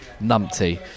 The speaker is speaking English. numpty